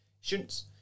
students